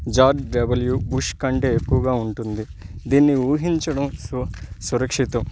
George W Bush కంటే ఎక్కువగా ఉంటుంది దీన్ని ఊహించడం సు సురక్షితం